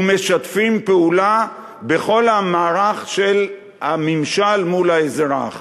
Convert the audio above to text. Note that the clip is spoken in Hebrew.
ומשתפים פעולה בכל המערך של הממשל מול האזרח.